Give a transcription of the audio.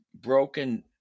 broken